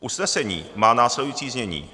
Usnesení má následující znění: